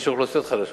יש אוכלוסיות חלשות.